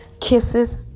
Kisses